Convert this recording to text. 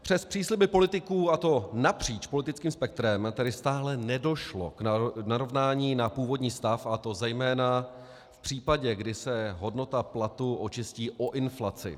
Přes přísliby politiků, a to napříč politickým spektrem, tady stále nedošlo k narovnání na původní stav, a to zejména v případě, kdy se hodnota platu očistí o inflaci.